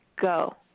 Go